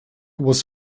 was